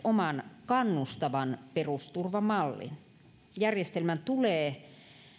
oman kannustavan perusturvamallin järjestelmän tulee